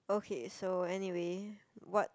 okay so anyway what